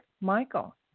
Michael